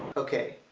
okay,